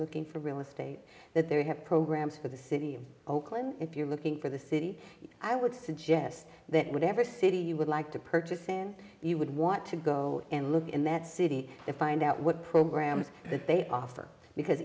looking for real estate that they have programs for the city of oakland if you're looking for the city i would suggest that whatever city you would like to purchase and you would want to go and look in that city to find out what programs that they offer because